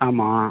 ஆமாம்